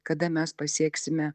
kada mes pasieksime